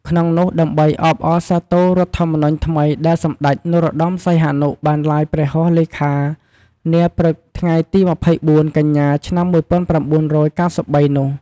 ក្នុងនោះ ដើម្បីអបអរសាទររដ្ឋធម្មនុញ្ញថ្មីដែលសម្តេច នរោត្តម សីហនុ បានឡាយព្រះហស្តលេខានាព្រឹកថ្ងៃទី២៤ កញ្ញា ឆ្នាំ១៩៩៣ នោះ។